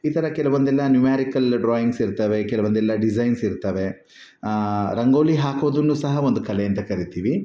ಈ ಥರ ಕೆಲವೊಂದೆಲ್ಲ ನ್ಯೂಮರಿಕಲ್ ಡ್ರಾಯಿಂಗ್ಸ್ ಇರ್ತವೆ ಕೆಲವೊಂದೆಲ್ಲ ಡಿಸೈನ್ಸ್ ಇರ್ತಾವೆ ರಂಗೋಲಿ ಹಾಕೋದನ್ನು ಸಹ ಒಂದು ಕಲೆ ಅಂತ ಕರಿತೀವಿ